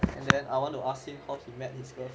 and then I want to ask him he met his girl